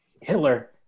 Hitler